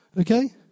Okay